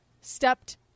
stepped